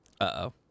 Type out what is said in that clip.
Uh-oh